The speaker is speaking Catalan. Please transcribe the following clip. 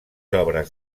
obres